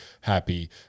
happy